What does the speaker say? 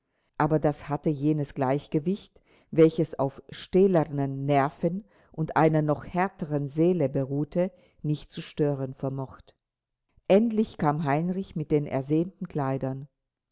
aber das hatte jenes gleichgewicht welches auf stählernen nerven und einer noch härteren seele beruhte nicht zu stören vermocht endlich kam heinrich mit den ersehnten kleidern